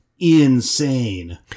Insane